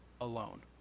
alone